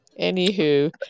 Anywho